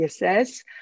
ISS